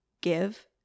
give